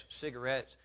cigarettes